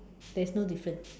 there's no difference